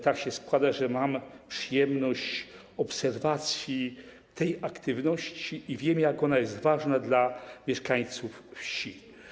Tak się składa, że mam przyjemność obserwować tę aktywność, i wiem, jak ona jest ważna dla mieszkańców wsi.